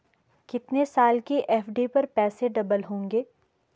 कितने साल की एफ.डी पर पैसे डबल होंगे?